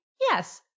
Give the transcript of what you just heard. Yes